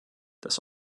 das